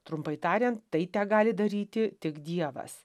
trumpai tariant tai tegali daryti tik dievas